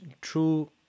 true